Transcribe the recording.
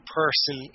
person